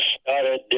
started